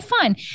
fine